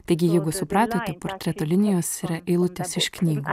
taigi jeigu supratote portreto linijos yra eilutės iš knygų